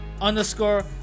underscore